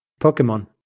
pokemon